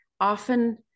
often